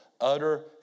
utter